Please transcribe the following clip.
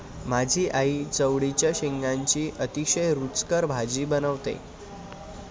माझी आई चवळीच्या शेंगांची अतिशय रुचकर भाजी बनवते